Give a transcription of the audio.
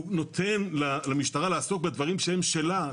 הוא נותן למשטרה לעסוק בדברים שהם שלה.